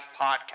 Podcast